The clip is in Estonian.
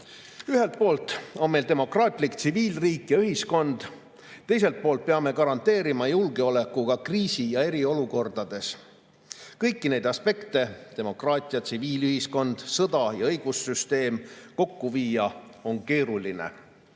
baas. Ühelt poolt on meil demokraatlik tsiviilriik ja ühiskond, teiselt poolt peame garanteerima julgeoleku ka kriisi- ja eriolukordades. Kõiki neid aspekte – demokraatia, tsiviilühiskond, sõda ja õigussüsteem – kokku viia on keeruline.